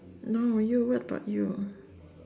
no you I thought you